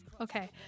Okay